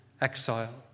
exile